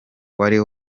wari